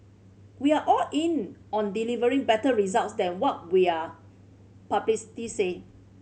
we are all in on delivering better results than what we're public said